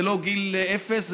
זה לא גיל אפס,